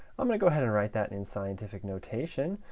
i'm going to go ahead and write that in scientific notation,